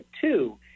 two